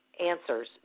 Answers